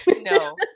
No